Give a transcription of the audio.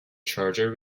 charger